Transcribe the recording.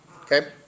Okay